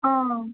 অঁ